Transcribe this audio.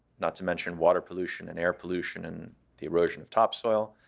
not to mention water pollution and air pollution and the erosion of topsoil,